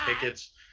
tickets